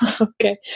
Okay